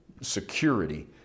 security